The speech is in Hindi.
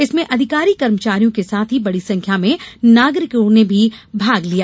इसमें अधिकारी कर्मचारियों के साथ ही बड़ी संख्या में नागरिकों ने भाग लिया